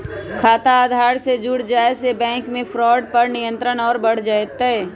खाता आधार से जुड़ जाये से बैंक मे फ्रॉड पर नियंत्रण और बढ़ जय तय